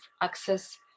access